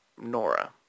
Nora